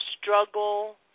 struggle